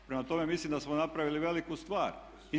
Prema tome, mislim da smo napravili veliku stvar.